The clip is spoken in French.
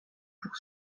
pour